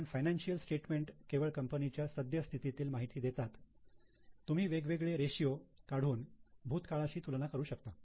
कारण financial statement केवळ कंपनीच्या सद्यस्थितीतील माहिती देतात तुम्ही वेगवेगळे रेषीयो काढून भूतकाळाशी तुलना करू शकता